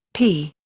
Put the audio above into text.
p.